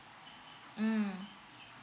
mm